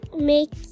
make